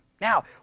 Now